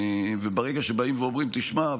ברגע שאומרים: תשמע,